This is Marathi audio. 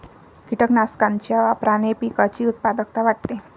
कीटकनाशकांच्या वापराने पिकाची उत्पादकता वाढते